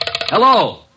Hello